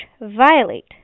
violate